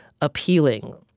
appealing